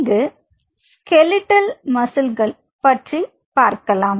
இங்கு skeletal muscle பற்றி பார்க்கலாம்